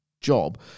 job